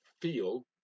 feel